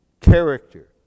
character